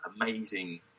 amazing